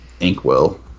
Inkwell